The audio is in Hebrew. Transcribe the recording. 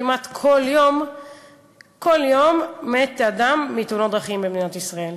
כמעט כל יום מת אדם מתאונת דרכים במדינת ישראל.